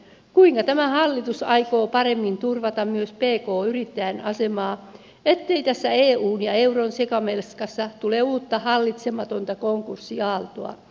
kuinka tämä hallitus aikoo paremmin turvata myös pk yrittäjän asemaa ettei tässä eun ja euron sekamelskassa tule uutta hallitsematonta konkurssiaaltoa